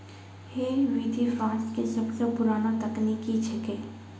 है विधि फ्रांस के सबसो पुरानो तकनीक छेकै